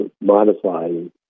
modifying